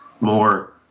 more